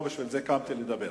לא בשביל זה קמתי לדבר.